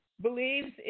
believes